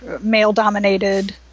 male-dominated